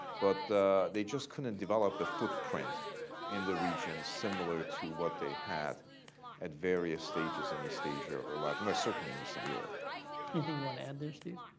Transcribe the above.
but they just couldn't develop a footprint in the region similar to what they had at various stages in east asia or latin-certainly in eastern europe. lindsay anything you want to add there, steve?